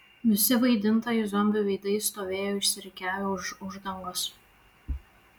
visi vaidintojai zombių veidais stovėjo išsirikiavę už uždangos